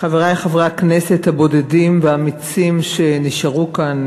חברי חברי הכנסת הבודדים והאמיצים שנשארו כאן,